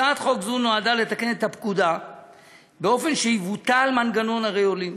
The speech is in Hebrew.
הצעת חוק זו נועדה לתקן את הפקודה באופן שיבוטל מנגנון ערי עולים,